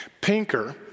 Pinker